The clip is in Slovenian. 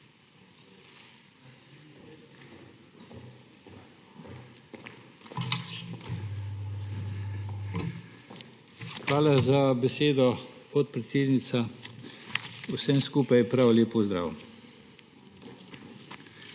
Hvala za besedo, podpredsednica. Vsem skupaj prav lep pozdrav!